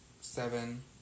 seven